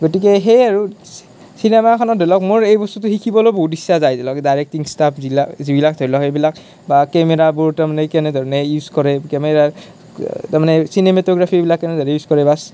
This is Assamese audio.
গতিকে সেই আৰু চিনেমা এখনত ধৰি লওঁক মোৰ এই বস্তুটো শিকিবলৈ বহুত ইচ্ছা যায় ডাইৰেক্টিং ষ্টাইল যিবিলাক যিবিলাক ধৰি লওক সেইবিলাক বা কেমেৰাবোৰ তাৰ মানে কেনে ধৰণে ইউজ কৰে কেমেৰাৰ তাৰ মানে চিনেমেট'গ্ৰাফীবিলাক কেনেদৰে ইউজ কৰে বা